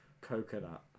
coconut